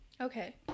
okay